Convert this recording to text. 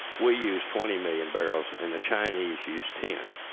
we use twenty million barrels and the chinese use ten.